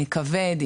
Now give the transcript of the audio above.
כבד,